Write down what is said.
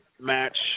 match